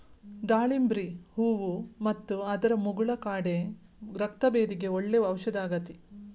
ದಾಳಿಂಬ್ರಿ ಹೂ ಮತ್ತು ಅದರ ಮುಗುಳ ಕಾಡೆ ರಕ್ತಭೇದಿಗೆ ಒಳ್ಳೆ ಔಷದಾಗೇತಿ